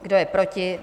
Kdo je proti?